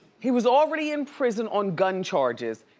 he was already in prison on gun charges,